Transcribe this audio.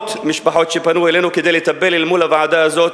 עשרות משפחות שפנו אלינו כדי לטפל אל מול הוועדה הזאת